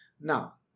Now